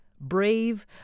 brave